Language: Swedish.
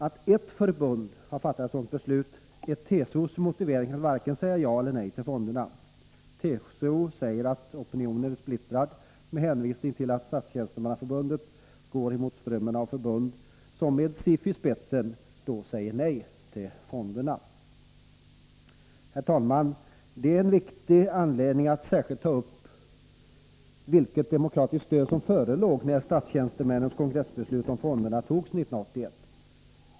Att ett förbund har fattat ett sådant beslut är TCO:s motivering för att varken säga ja eller nej till fonderna. TCO säger att ”opinionen är splittrad”, med hänvisning till att Statstjänstemannaförbundet går emot strömmen av förbund som med SIF i spetsen säger nej till fonderna. Herr talman! Detta är en viktig anledning att särskilt ta upp vilket Nr 54 demokratiskt stöd som förelåg när statstjänstemännens kongressbeslut om Tisdagen den fonderna fattades 1981.